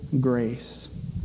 grace